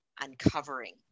uncovering